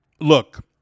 Look